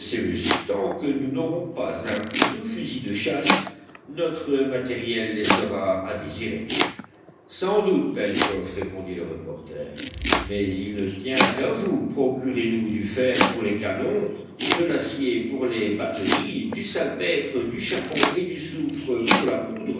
tant que nous n'aurons pas un ou deux fusils de chasse notre matériel laissera à désirer sans doute pencroff répondit le reporter mais il ne tient qu'à vous procurez nous du fer pour les canons de l'acier pour les batteries du salpêtre du charbon et du soufre pour la poudre